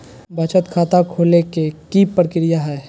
बचत खाता खोले के कि प्रक्रिया है?